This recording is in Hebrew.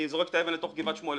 אני אזרוק את האבן לתוך גבעת שמואל,